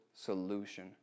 solution